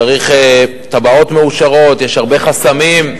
צריך תב"עות מאושרות, יש הרבה חסמים.